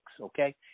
okay